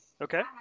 Okay